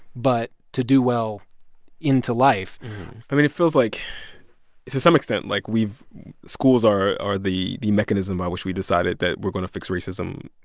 but to do well into life i mean it feels like to some extent like we've schools are are the the mechanism by which we decided that we're going to fix racism.